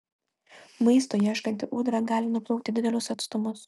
maisto ieškanti ūdra gali nuplaukti didelius atstumus